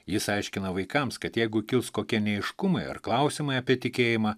jis aiškina vaikams kad jeigu kils kokie neaiškumai ar klausimai apie tikėjimą